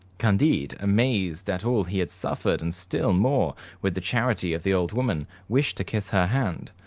candide, amazed at all he had suffered and still more with the charity of the old woman, wished to kiss her hand.